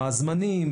מה הזמנים,